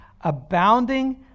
abounding